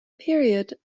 period